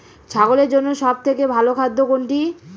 ছাগলের জন্য সব থেকে ভালো খাদ্য কোনটি?